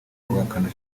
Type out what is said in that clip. guhakana